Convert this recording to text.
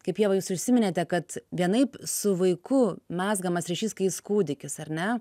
kaip ieva jūs ir užsiminėte kad vienaip su vaiku mezgamas ryšys kai jis kūdikis ar ne